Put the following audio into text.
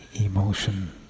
emotion